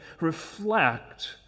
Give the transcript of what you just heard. reflect